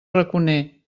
raconer